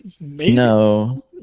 No